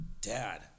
Dad